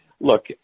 look